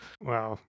wow